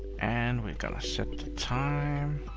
and we're gonna set the time.